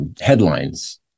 headlines